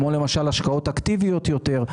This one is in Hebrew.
כמו השקעות אקטיביות יותר.